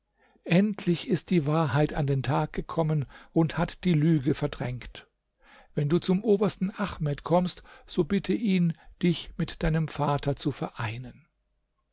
endlich ist die wahrheit an den tag gekommen und hat die lüge verdrängt wenn du zum obersten ahmed kommst so bitte ihn dich mit deinem vater zu vereinen